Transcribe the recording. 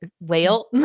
whale